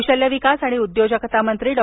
कौशल्य विकास आणि उद्योजकता मंत्री डॉ